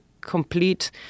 complete